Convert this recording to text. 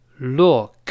look